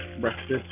breakfast